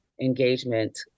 engagement